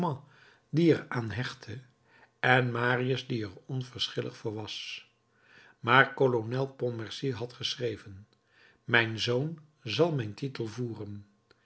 die er aan hechtte en marius die er onverschillig voor was maar kolonel pontmercy had geschreven mijn zoon zal mijn titel voeren